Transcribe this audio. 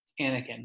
Anakin